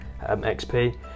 XP